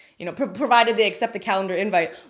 you know, provided they accept the calendar invite.